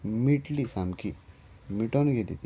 मीटली सामकी मिटोन गेली ती